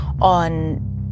on